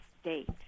state